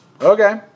Okay